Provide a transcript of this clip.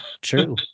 True